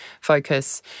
focus